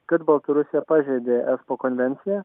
kad baltarusija pažeidė espo konvenciją